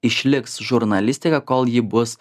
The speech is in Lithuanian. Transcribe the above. išliks žurnalistika kol ji bus